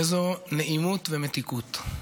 אילו נעימות ומתיקות.